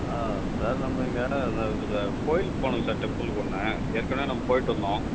ஆ sir நம்ம இங்கே கோயிலுக்கு போகணுங்க சார் டெம்பிலுக்கு ஒன்று ஏற்கனவே நம்ம போய்ட்டு வந்தோம்